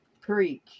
preach